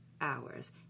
hours